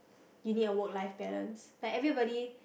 you need a work life balance like everybody